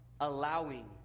allowing